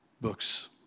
books